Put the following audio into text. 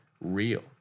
real